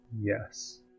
Yes